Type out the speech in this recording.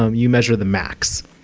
um you measure the max.